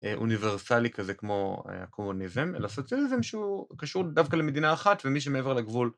אוניברסלי כזה כמו הקומוניזם, אלא סוציאליזם שהוא קשור דווקא למדינה אחת ומי שמעבר לגבול